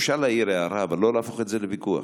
אפשר להעיר הערה, אבל לא להפוך את זה לוויכוח.